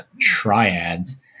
Triads